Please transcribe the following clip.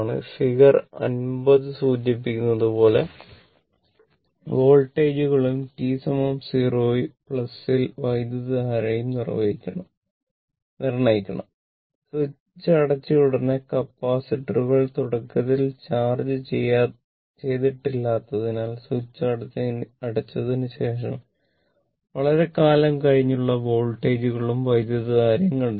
figure 50 സൂചിപ്പിചിരിക്കുന്നതുപോലെ വോൾട്ടേജുകളും t 0 ൽ വൈദ്യുതധാരയും നിർണ്ണയിക്കണം സ്വിച്ച് അടച്ചയുടനെ കപ്പാസിറ്ററുകൾ തുടക്കത്തിൽ ചാർജ്ജ് ചെയ്തിട്ടില്ലാത്തതിനാൽ സ്വിച്ച് അടച്ചതിനുശേഷം വളരെക്കാലം കഴിഞ്ഞുള്ള വോൾട്ടേജുകളും വൈദ്യുതധാരയും കണ്ടെത്തുക